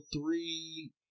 three